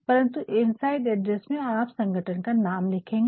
परन्तु inside address में आप संगठन का नाम लिख्नेगे